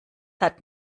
hat